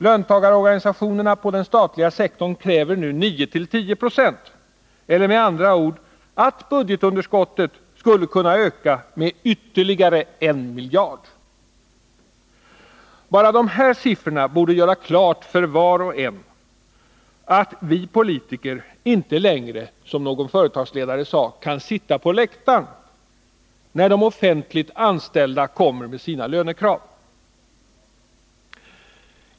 Löntagarorganisationer på den statliga sektorn kräver nu 9—-10 26 eller med andra ord att budgetunderskottet skulle kunna öka med ytterligare en miljard. Bara dessa siffror borde göra klart för var och en att vi politiker inte längre, när de offentligt som någon företagsledare sade, kan ”sitta på läktar'n anställda kommer med sina lönekrav.